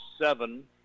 seven